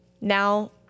now